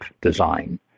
design